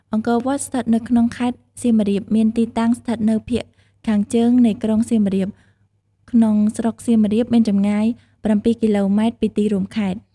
អង្គរវត្ត ស្ថិតនៅក្នុងខេត្តសៀមរាបមានទីតាំងស្ថិតនៅភាគខាងជើងនៃក្រុងសៀមរាប ក្នុងស្រុកសៀមរាប មានចម្ងាយ ៧ គីឡូម៉ែត្រ ពីទីរួមខេត្ត។